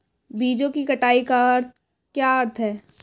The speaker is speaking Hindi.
बीजों की कटाई का क्या अर्थ है?